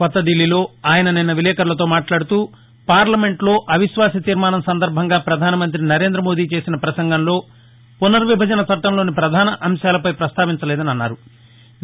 కొత్త ఢిల్లీలో ఆయన నిన్న విలేకర్లతో మాట్లాడుతూ పార్లమెంటులో అవిశ్వాస తీర్మానం సందర్బంగా ప్రధానమంత్రి నరేంద్రమోదీ చేసిన ప్రసంగంలో పునర్విభజన చట్లంలోని ప్రధాన అంశాల పై ప్రస్తావించలేదని అన్నారు